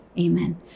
Amen